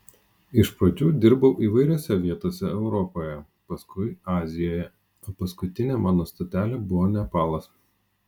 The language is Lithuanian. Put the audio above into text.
iš pradžių dirbau įvairiose vietose europoje paskui azijoje o paskutinė mano stotelė buvo nepalas